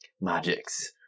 Magics